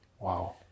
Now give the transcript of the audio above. Wow